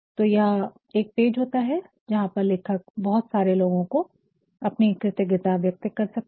तो यह एक पेज होता है जहां पर लेखक बहुत सारे लोगों को अपनी कृतज्ञता व्यक्त कर सकता है